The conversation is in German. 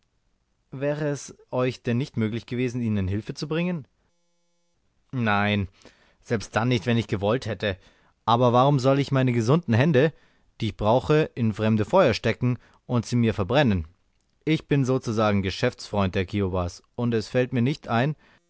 wäre es euch denn nicht möglich gewesen ihnen hilfe zu bringen nein selbst dann nicht wenn ich gewollt hätte aber warum soll ich meine gesunden hände die ich brauche in fremde feuer stecken und sie mir verbrennen ich bin sozusagen geschäftsfreund der kiowas und es fällt mir nicht ein